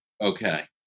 okay